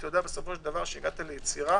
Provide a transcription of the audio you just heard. אתה יודע שהגעת ליצירה